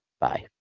bye